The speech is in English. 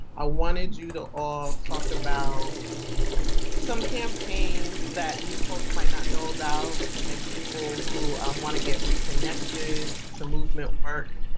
i wanted you to all talk about some campaigns that new folks might not know about. and people who um want to get reconnected to movement work.